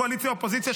קואליציה-אופוזיציה,